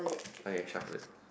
okay sure